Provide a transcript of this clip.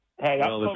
Hey